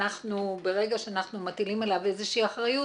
ברגע שאנחנו מטילים עליו איזושהי אחריות,